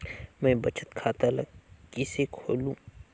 मैं बचत खाता ल किसे खोलूं?